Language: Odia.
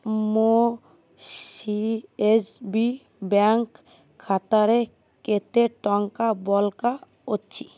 ମୋ ସି ଏସ୍ ବି ବ୍ୟାଙ୍କ୍ ଖାତାରେ କେତେ ଟଙ୍କା ବଳକା ଅଛି